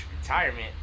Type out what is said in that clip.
retirement